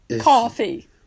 Coffee